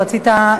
רצית,